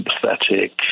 sympathetic